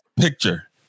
picture